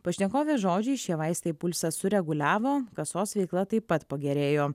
pašnekovės žodžiais šie vaistai pulsą sureguliavo kasos veikla taip pat pagerėjo